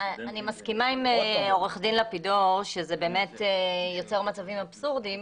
אני מסכימה עם עורך דין לפידור שזה באמת יוצר מצבים אבסורדיים,